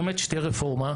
באמת שתהיה רפורמה,